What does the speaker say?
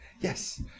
Yes